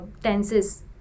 tenses